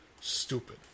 Stupid